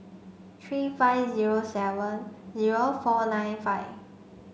three five zero seven zero four nine five